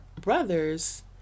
brothers